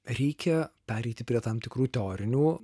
reikia pereiti prie tam tikrų teorinių